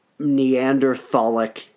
Neanderthalic